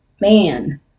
Man